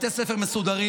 בתי ספר מסודרים,